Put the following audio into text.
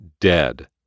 dead